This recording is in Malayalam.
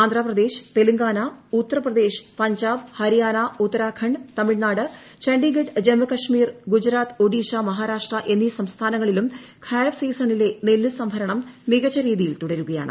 ആന്ധ്രാപ്രദേശ്തെലങ്കാന ഉത്തർപ്രദേശ് പഞ്ചാബ് ഹരിയാന ഉത്തരാഖണ്ഡ് തമിഴ്നാട് ചണ്ഡിഗഡ് ജമ്മു കശ്മീർ ഗുജറാത്ത് ഒഡീഷ മഹാരാഷ്ട്ര എന്നീ സംസ്ഥാനങ്ങളിലും ഖാരിഫ് സീസണിലെ നെല്ല് സംഭരണം മികച്ച രീതിയിൽ തുടരുകയാണ്